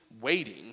waiting